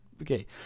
Okay